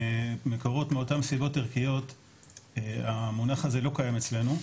מקורות מאותן סיבות ערכיות המונח הזה לא קיים אצלנו,